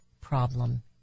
problem